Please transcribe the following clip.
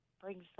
brings